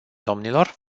domnilor